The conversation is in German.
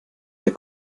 der